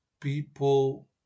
people